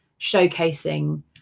showcasing